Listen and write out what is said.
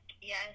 Yes